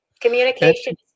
Communication